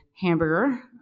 hamburger